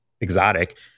exotic